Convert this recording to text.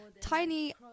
Tiny